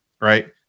right